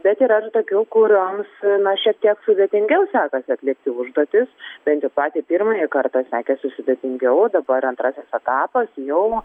bet yra ir tokių kurioms na šiek tiek sudėtingiau sekasi atlikti užduotis bent jau patį pirmąjį kartą sekasi sudėtingiau dabar antrasis etapas jau